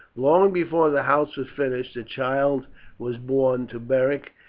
long before the house was finished a child was born to beric,